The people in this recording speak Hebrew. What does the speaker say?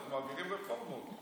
אנחנו מעבירים רפורמות.